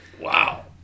Wow